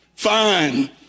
Fine